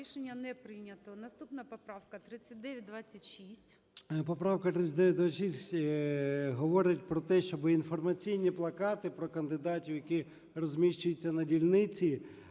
Рішення не прийнято. Наступна поправка - 3926. 12:55:41 ЧЕРНЕНКО О.М. Поправка 3926 говорить про те, щоб інформаційні плакати про кандидатів, які розміщуються на дільниці,